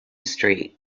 street